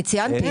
אני ציינתי.